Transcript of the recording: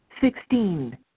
Sixteen